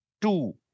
two